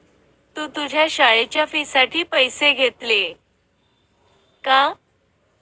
तू तुझ्या शाळेच्या फी साठी पैसे घेतले का?